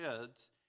kids